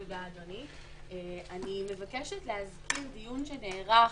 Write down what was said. אני מבקשת להזכיר דיון שנערך,